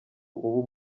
ubu